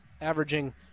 averaging